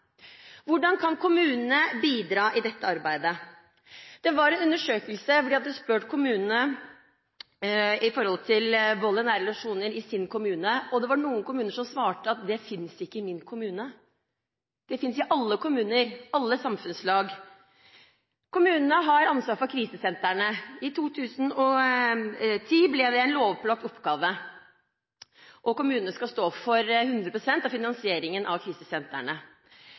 Hvordan kan kommunene bidra i dette arbeidet? I en undersøkelse hvor kommunene ble spurt om vold i nære relasjoner i sin kommune, var det noen kommuner som svarte: Det finnes ikke i min kommune. Det finnes i alle kommuner, i alle samfunnslag. Kommunene har ansvar for krisesentrene. I 2010 ble det en lovpålagt oppgave. Kommunene skal stå for 100 pst. av finansieringen av